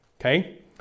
Okay